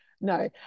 no